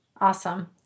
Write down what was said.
awesome